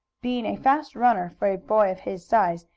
being a fast runner for a boy of his size,